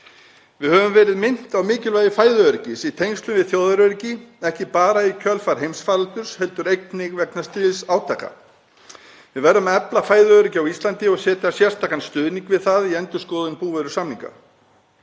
Við höfum verið minnt á mikilvægi fæðuöryggis í tengslum við þjóðaröryggi, ekki bara í kjölfar heimsfaraldurs heldur einnig vegna stríðsátaka. Við verðum að efla fæðuöryggi á Íslandi og setja sérstakan stuðning við það í endurskoðun búvörusamninga.